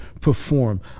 perform